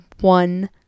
one